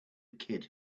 kid